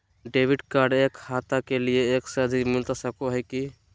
Debit card एक खाता के लिए एक से अधिक मिलता सको है की?